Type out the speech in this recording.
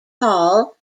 hall